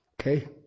Okay